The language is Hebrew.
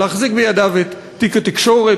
להחזיק בידיו את תיק התקשורת,